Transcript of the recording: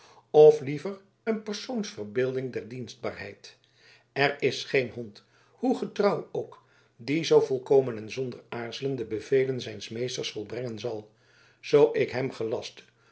of liever een persoonsverbeelding der dienstbaarheid er is geen hond hoe getrouw ook die zoo volkomen en zonder aarzelen de bevelen zijns meesters volbrengen zal zoo ik hem gelastte